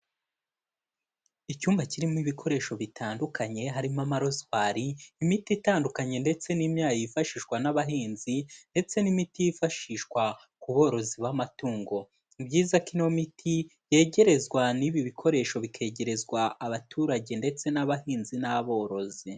Icyumba kirimo ibikoresho bitandukanye harimo amarozwari, imiti itandukanye ndetse n'imyayi yifashishwa n'abahinzi ndetse n'imiti yifashishwa ku borozi b'amatungo, ni byiza ko ino miti yegerezwa n'ibi bikoresho bikegerezwa abaturage ndetse n'abahinzi n'aborozi.